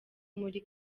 muri